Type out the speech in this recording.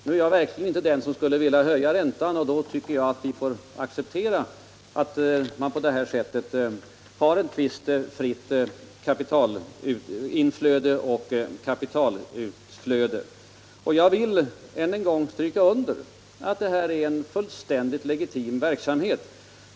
Nu är jag verkligen inte den som vill höja räntan, och därför tycker jag att vi får acceptera att vi har ett visst fritt inflöde och utflöde av pengar på kreditmarknaden. Jag vill än en gång stryka under att detta är en fullt legitim verksamhet.